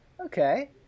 Okay